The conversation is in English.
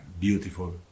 beautiful